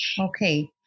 Okay